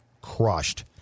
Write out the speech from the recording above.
crushed